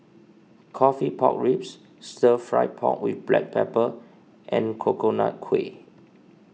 Coffee Pork Ribs Stir Fried Pork with Black Pepper and Coconut Kuih